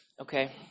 Okay